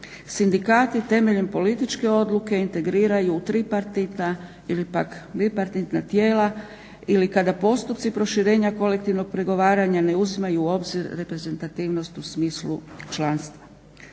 sindikati temeljem političke odluke integriraju u tripartitna ili pak bipartitna tijela ili kada postupci proširenja kolektivnog pregovaranja ne uzimaju u obzir reprezentativnost u smislu članstva.